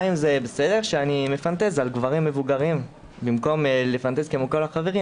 האם זה בסדר שאני מפנטז על גברים מבוגרים במקום לפנטז כמו כל החברים